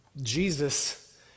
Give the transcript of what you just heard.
Jesus